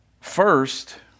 First